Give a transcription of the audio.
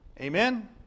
Amen